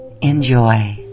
Enjoy